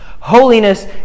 Holiness